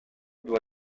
doa